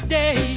day